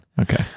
okay